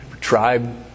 Tribe